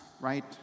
right